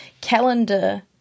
calendar